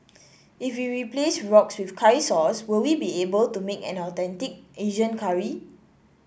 if we replace roux with curry sauce will we be able to make an authentic Asian curry